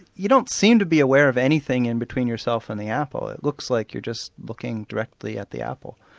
you don't seem to be aware of anything in between yourself and the apple, it looks like you're just looking directly at the apple.